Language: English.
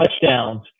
touchdowns